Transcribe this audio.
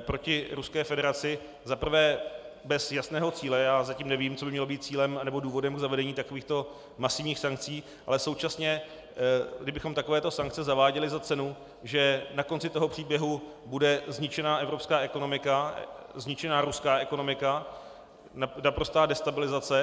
proti Ruské federaci za prvé bez jasného cíle já zatím nevím, co by mělo být cílem nebo důvodem k zavedení takovýchto masivních sankcí , ale současně kdy bychom takovéto sankce zaváděli za cenu, že na konci toho příběhu bude zničená evropská ekonomika, zničená ruská ekonomika, naprostá destabilizace.